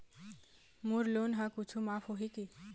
मोर loan हा कुछू माफ होही की?